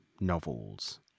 novels